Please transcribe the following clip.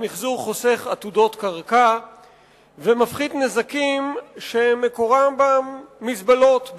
המיחזור חוסך עתודות קרקע ומפחית נזקים שמקורם במזבלות,